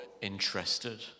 interested